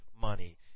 money